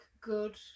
good